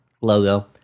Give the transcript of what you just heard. logo